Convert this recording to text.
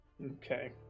Okay